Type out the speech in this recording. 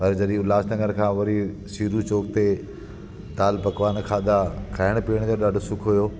मां जॾहिं उल्हासनगर खां वरी सिरियूं चौक ते दालि पकवानु खाधा खाइण पीअण जो ॾाढो सुख हुओ